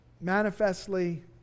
manifestly